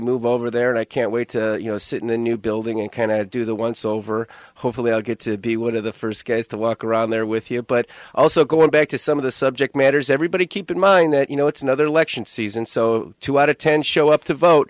move over there and i can't wait to you know sit in the new building and kind of do the once over hopefully i'll get to be one of the first guys to walk around there with you but also going back to some of the subject matters everybody keep in mind that you know it's another election season so two out of ten show up to vote